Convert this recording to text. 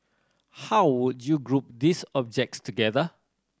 how would you group these objects together